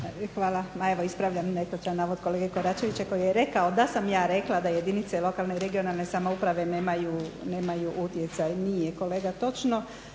Hvala. Evo ispravljam netočan navod kolege Koračevića koji je rekao da sam ja rekla da jedinice lokalne i regionalne samouprave nemaju utjecaj. Nije kolega točno.